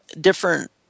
different